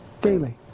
daily